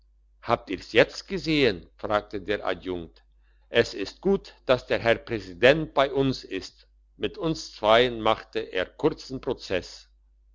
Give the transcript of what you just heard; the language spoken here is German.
habt ihr's jetzt gesehen fragte der adjunkt es ist gut dass der herr präsident bei uns ist mit uns zweien machte er kurzen prozess